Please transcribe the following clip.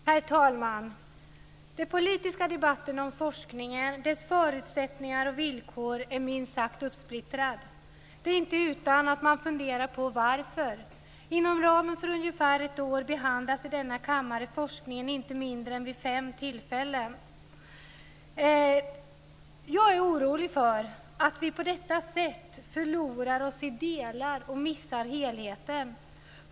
Herr talman! Den politiska debatten om forskningen, dess förutsättningar och villkor är minst sagt uppsplittrad. Det är inte utan att man funderar på varför. Inom ramen av ungefär ett år behandlas i denna kammare forskningen vid inte mindre än fem tillfällen. Jag är orolig för att vi på detta sätt förlorar oss i delar och missar helheten.